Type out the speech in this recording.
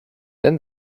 then